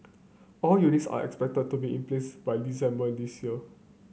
all units are expected to be in place by December this year